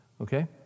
Okay